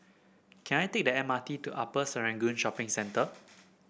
can I take the M R T to Upper Serangoon Shopping Centre